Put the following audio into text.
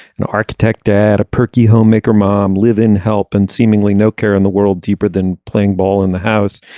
an architect and a perky homemaker mom live in help and seemingly no care in the world deeper than playing ball in the house.